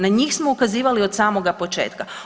Na njih smo ukazivali od samoga početka.